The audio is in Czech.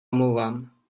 omlouvám